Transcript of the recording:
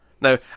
Now